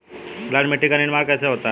लाल मिट्टी का निर्माण कैसे होता है?